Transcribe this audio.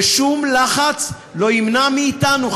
ושום לחץ לא ימנע מאתנו,